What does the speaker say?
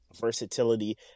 versatility